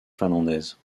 finlandaise